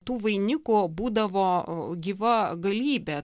tų vainikų būdavo gyva galybė